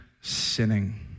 sinning